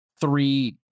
three